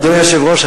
אדוני היושב-ראש,